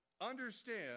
understand